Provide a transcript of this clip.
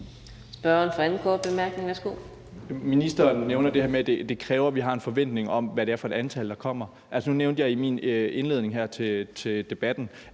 Ministeren nævner det her med, at det kræver, at vi har en forventning om, hvad det er for et antal, der kommer. Nu nævnte jeg i min indledning til debatten,